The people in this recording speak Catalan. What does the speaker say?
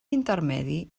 intermedi